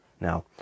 Now